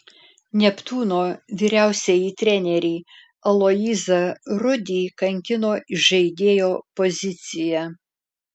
neptūno vyriausiąjį trenerį aloyzą rudį kankino įžaidėjo pozicija